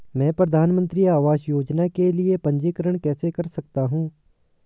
मैं प्रधानमंत्री आवास योजना के लिए पंजीकरण कैसे कर सकता हूं?